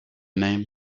name